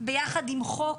ביחד עם חוק